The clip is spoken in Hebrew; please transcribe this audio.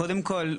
קודם כל,